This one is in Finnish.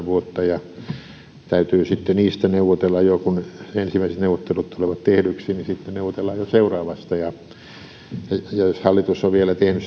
vuotta ja täytyy sitten niistä neuvotella ja kun ensimmäiset neuvottelut tulevat tehdyiksi sitten neuvotellaan jo seuraavasta jos hallitus on vielä tehnyt